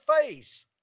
face